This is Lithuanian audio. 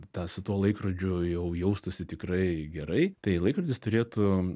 tą su tuo laikrodžiu jau jaustųsi tikrai gerai tai laikrodis turėtų